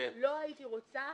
לא הייתי רוצה